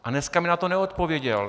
A dneska mi na to neodpověděl.